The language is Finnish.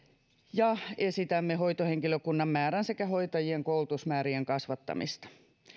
ja esitämme hoitohenkilökunnan määrän sekä hoitajien koulutusmäärien kasvattamista